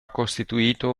costituito